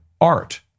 art